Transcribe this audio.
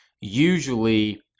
usually